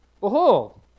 Behold